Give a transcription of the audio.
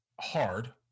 Hard